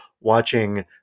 watching